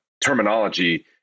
terminology